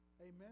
Amen